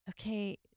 Okay